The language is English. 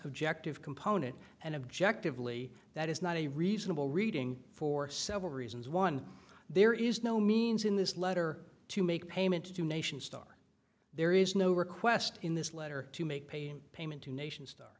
objective component and objective lee that is not a reasonable reading for several reasons one there is no means in this letter to make payment to do nation star there is no request in this letter to make payment to nation